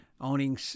Owning